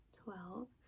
twelve